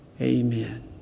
Amen